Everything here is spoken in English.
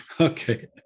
Okay